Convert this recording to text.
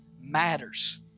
matters